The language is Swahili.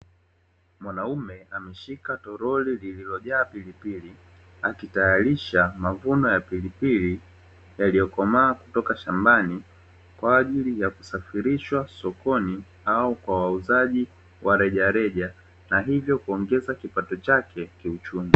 Eneo la lilo tengenezwa shambani kwaajili ya sokoni